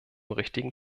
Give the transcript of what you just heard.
richtigen